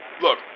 Look